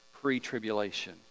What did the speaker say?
pre-tribulation